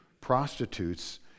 prostitutes